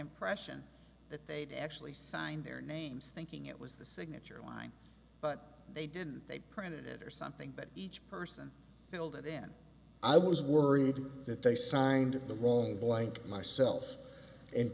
impression that they'd actually signed their names thinking it was the signature line but they didn't they printed it or something that each person killed and then i was worried that they signed the wrong blank myself and